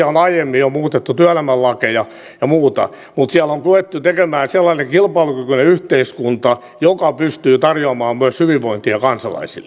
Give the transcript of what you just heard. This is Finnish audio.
toki siellä on aiemmin jo muutettu työelämän lakeja ja muuta mutta siellä on kyetty tekemään sellainen kilpailukykyinen yhteiskunta joka pystyy tarjoamaan myös hyvinvointia kansalaisille